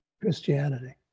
Christianity